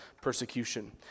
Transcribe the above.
persecution